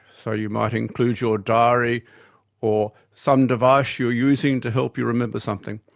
so you might include your diary or some device you're using to help you remember something.